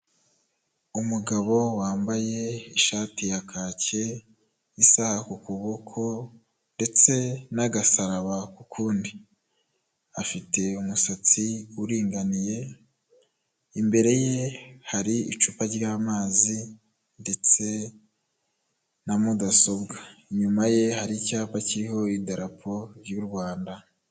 Umugabo wambaye ishati ya kake isaha ku kuboko ndetse n'agasaraba ku kundi afite umusatsi uringaniye, imbere ye hari icupa ry'amazi ndetse na mudasobwa, inyuma ye hari icyapa kiriho idarapo y'u Rwanda.